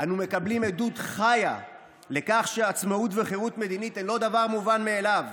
אנו מקבלים עדות חיה לכך שעצמאות וחירות מדינית הן לא דבר מובן מאליו.